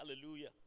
Hallelujah